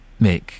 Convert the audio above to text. Mick